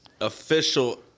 official